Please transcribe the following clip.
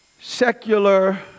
secular